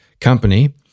company